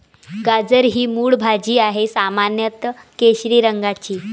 गाजर ही मूळ भाजी आहे, सामान्यत केशरी रंगाची